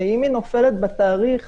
ואם היא נופלת בתאריך